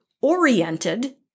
oriented